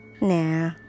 nah